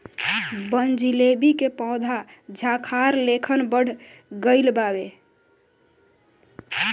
बनजीलेबी के पौधा झाखार लेखन बढ़ गइल बावे